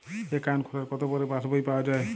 Account খোলার কতো পরে পাস বই পাওয়া য়ায়?